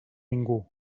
ningú